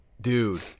dude